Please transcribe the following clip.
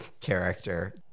character